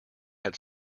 had